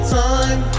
time